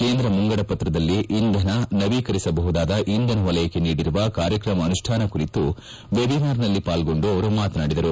ಕೇಂದ್ರ ಮುಂಗಡಪತ್ರದಲ್ಲಿ ಇಂಧನ ನವೀಕರಿಸಬಹುದಾದ ಇಂಧನ ವಲಯಕ್ಕೆ ನೀಡಿರುವ ಕಾರ್ಯಕ್ರಮ ಅನುಷ್ಠಾನ ಕುರಿತು ವೆಬಿನಾರ್ನಲ್ಲಿ ಪಾಲ್ಗೊಂಡು ಅವರು ಮಾತನಾಡಿದರು